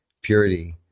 purity